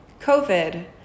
COVID